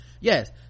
yes